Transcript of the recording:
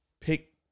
Pick